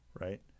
right